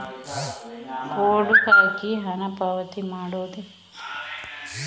Code ಹಾಕಿ ಹಣ ಪಾವತಿ ಮಾಡೋದು ಹೇಗೆ?